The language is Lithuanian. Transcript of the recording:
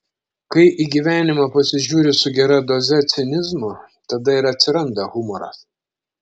kai į gyvenimą pasižiūri su gera doze cinizmo tada ir atsiranda humoras